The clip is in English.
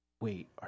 wait